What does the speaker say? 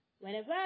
Whenever